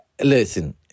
Listen